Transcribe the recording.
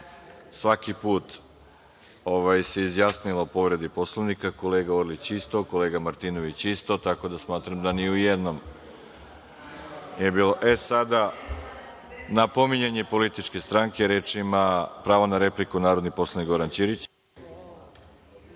svaki put se izjasnila o povredi Poslovnika. Kolega Orlić isto, kolega Martinović isto, tako da smatram da ni u jednom nije bilo. Sada na pominjanje političke stranke reč ima narodni poslanik Goran Ćirić.